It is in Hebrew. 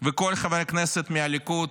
וכל חברי הכנסת מהליכוד